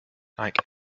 like